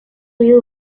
you